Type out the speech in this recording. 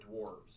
dwarves